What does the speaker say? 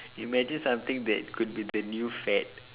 imagine something that could be the new fad